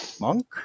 monk